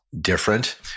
different